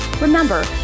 Remember